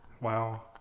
Wow